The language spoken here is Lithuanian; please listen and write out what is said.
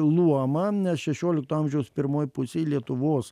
luomą nes šešiolikto amžiaus pirmoj pusėj lietuvos